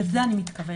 לזה אני מתכוונת.